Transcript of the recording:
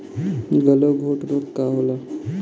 गलघोटू रोग का होला?